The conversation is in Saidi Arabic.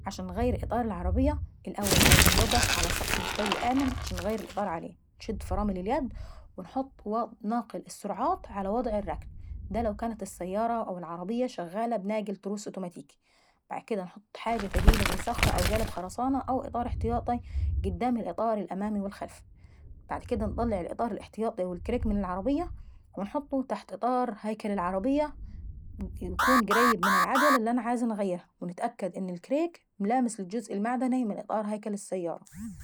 عشان انغير اطار العربية الأول لازم نوقف على سطح مستوي وآمن. عشان نغير الاطار عليه. ونشد فرامل االيد ونحط ناقل السرعات على وضع الركن. دا لو كانت السايرة او العربية شغالة بناقل تروس اوتوماتيكاي. بعد اكديه انحط حاجة تقيلة زي صخرة أو قالب خرسانة او اطار احتياطاي قيدام الاطار الامامي والخلفاي. وبعد اكديه انطلع الاطار الاحتايطي والكريك من تحت العربية ونحطه تحت اطار هيكل العربية، ويكون قريب من العجلة اللي انا عاوزة انغيرها. ونتاكد ان الكريك ملامس للجزء المعدني من اطار هيكل السارة